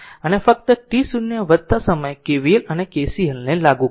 તેથી ફક્ત t0 ના સમયે KVL અને KCL લાગુ કરો